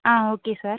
ah okay sir